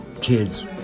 kids